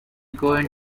going